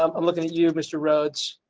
um i'm looking at you. mr. rhodes.